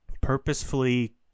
purposefully